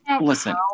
Listen